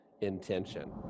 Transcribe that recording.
intention